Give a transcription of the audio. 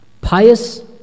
Pious